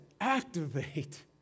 activate